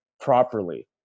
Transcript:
properly